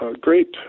great